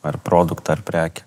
ar produktą ar prekę